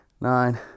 nine